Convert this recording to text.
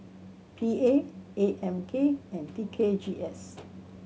P A A M K and T K G S